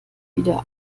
wieder